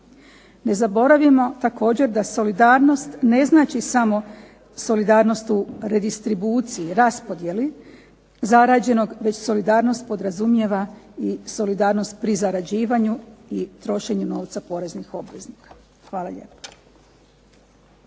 Ne zaboravimo također da solidarnost ne znači samo solidarnost u redistribuciji, raspodjeli zarađenog, već solidarnost podrazumijeva i solidarnost pri zarađivanju i trošenju novca poreznih obveznika. Hvala lijepo.